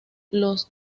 los